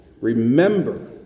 Remember